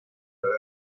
haber